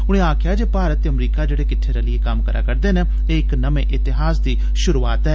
उनें आक्खेआ जे भारत ते अमरीका जेह्ड़े किट्ठे रलियै कम्म करै करदे न एह् इक नये इतिहास दी शुरूआत ऐ